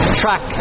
track